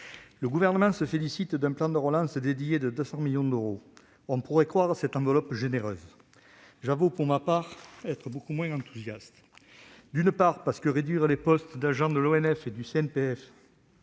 Le Gouvernement se félicite d'un plan de relance dédié de 200 millions d'euros. On pourrait croire cette enveloppe généreuse. J'avoue être, pour ma part, beaucoup moins enthousiaste. D'une part, la réduction du nombre de postes d'agents de l'ONF et du CNPF